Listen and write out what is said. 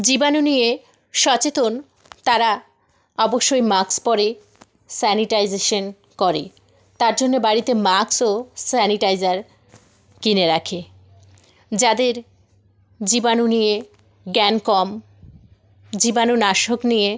জীবাণু নিয়ে সচেতন তারা অবশ্যই মাক্স পরে স্যানিটাইজেশন করে তার জন্য বাড়িতে মাক্স ও স্যানিটাইজার কিনে রাখে যাদের জীবাণু নিয়ে জ্ঞান কম জীবাণুনাশক নিয়ে